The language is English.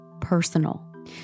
personal